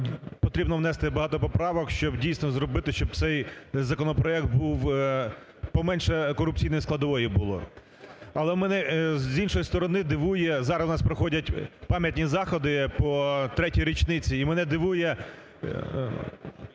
потрібно внести багато поправок щоб дійсно зробити, щоб цей законопроект був... поменше корупційної складової було. Але мене, з іншої сторони, дивує, зараз в нас проходять пам'ятні заходи по третій річниці і мене дивує